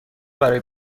برای